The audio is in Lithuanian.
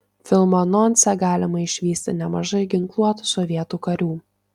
filmo anonse galima išvysti nemažai ginkluotų sovietų karių